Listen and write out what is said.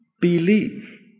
believe